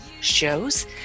shows